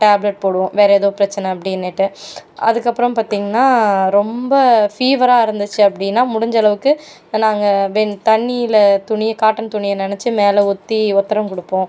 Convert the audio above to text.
tablet போடுவோம் வேறு ஏதுவும் பிரச்சின அப்படினுட்டு அதுக்கப்புறம் பார்த்தீங்கனா ரொம்ப ஃபீவராக இருந்துச்சு அப்படின்னா முடிஞ்சளவுக்கு நாங்கள் வெண் தண்ணியில் துணியை காட்டன் துணியை நனச்சி மேலே ஊற்றி ஒத்தரோம் கொடுப்போம்